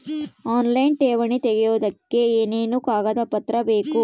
Online ಠೇವಣಿ ತೆಗಿಯೋದಕ್ಕೆ ಏನೇನು ಕಾಗದಪತ್ರ ಬೇಕು?